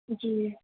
جی